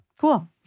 cool